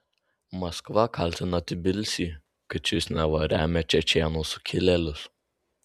maskva kaltina tbilisį kad šis neva remia čečėnų sukilėlius